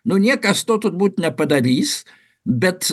nu niekas to turbūt nepadarys bet